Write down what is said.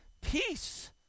peace